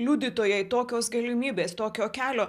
liudytojai tokios galimybės tokio kelio